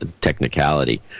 technicality